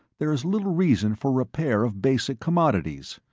there is little reason for repair of basic commodities.